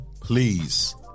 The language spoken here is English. Please